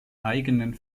eigenen